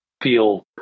feel